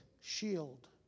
shield